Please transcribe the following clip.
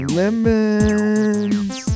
lemons